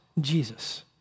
Jesus